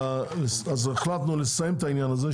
אז החלטנו לסיים את העניין הזה,